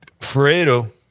Fredo